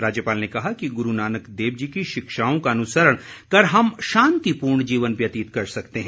राज्यपाल ने कहा कि गुरू नानक देव जी की शिक्षाओं का अनुसरण कर हम शांतिपूर्ण जीवन व्यतीत कर सकते हैं